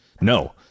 no